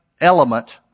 element